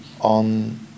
on